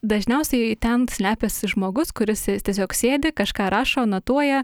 dažniausiai ten slepiasi žmogus kuris tiesiog sėdi kažką rašo anotuoja